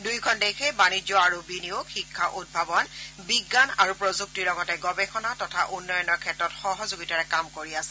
দুয়োখন দেশে বাণিজ্য আৰু বিনিয়োগ শিক্ষা উদ্ভাৱন বিজ্ঞান আৰু প্ৰযুক্তিৰ লগতে গৱেষণা তথা উন্নয়নৰ ক্ষেত্ৰত সহযোগিতাৰে কাম কৰি আছে